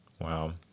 Wow